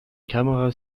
kameras